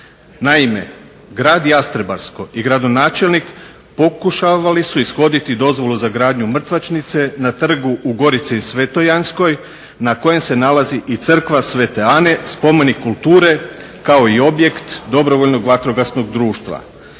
Naime, grad Jastrebarsko i gradonačelnik pokušavali su ishoditi dozvolu za gradnju mrtvačnice na trgu u Gorici svetojanskoj na kojem se nalazi i Crkva Sv. Ane, spomenik kulture kao i objekt dobrovoljnog vatrogasnog društva.